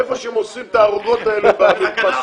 איפה שהם עושים את הערוגות האלה במרפסות?